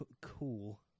cool